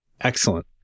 Excellent